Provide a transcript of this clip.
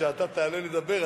כשאתה תעלה לדבר,